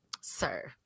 sir